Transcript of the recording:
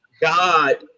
God